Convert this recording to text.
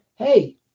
Hey